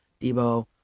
Debo